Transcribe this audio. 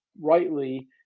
rightly